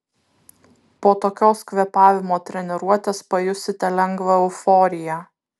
po tokios kvėpavimo treniruotės pajusite lengvą euforiją